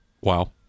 Wow